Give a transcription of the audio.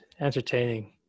entertaining